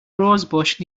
rosebush